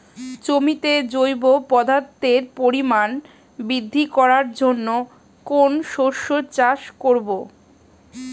জমিতে জৈব পদার্থের পরিমাণ বৃদ্ধি করার জন্য কোন শস্যের চাষ করবো?